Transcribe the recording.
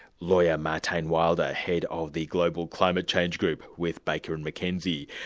lawyer, martijn wilder, head of the global climate change group with baker and mckenzie.